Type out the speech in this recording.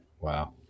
Wow